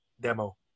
demo